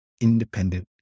independent